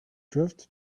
drift